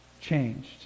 changed